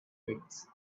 pits